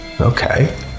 Okay